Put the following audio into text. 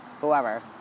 whoever